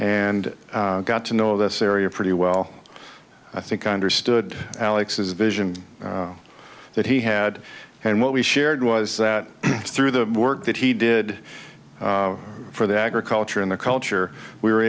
and i got to know this area pretty well i think i understood alex's vision that he had and what we shared was that through the work that he did for the agriculture and the culture we were